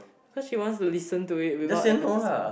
cause she wants to listen to it without advertisement